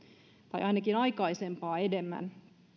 tai ainakin aikaisempaa enemmän